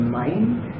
mind